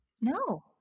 No